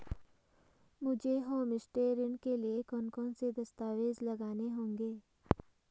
मुझे होमस्टे ऋण के लिए कौन कौनसे दस्तावेज़ लगाने होंगे?